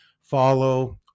follow